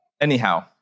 Anyhow